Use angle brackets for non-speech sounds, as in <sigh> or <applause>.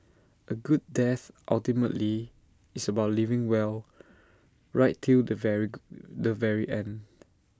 A good death ultimately is about living well right till the very <unintelligible> the very end